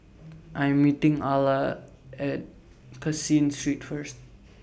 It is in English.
I Am meeting Alla At Caseen Street First